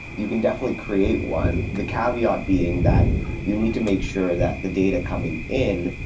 you can definitely create one. the caveat being that you need to make sure that the data coming in,